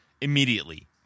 immediately